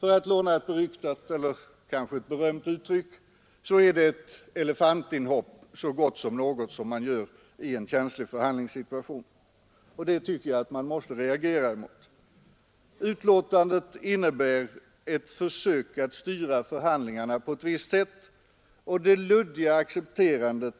För att låna ett beryktat eller kanske berömt uttryck, så är det ett elefantinhopp så gott som något i en svår förhandlingssituation, och det tycker jag att man måste reagera emot. Betänkandet innebär ett försök att styra förhandlingarna på ett visst sätt och är ett luddigt accepterande